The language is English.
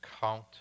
count